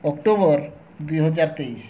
October ଦୁଇ ହଜାର ତେଇଶ